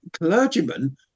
clergyman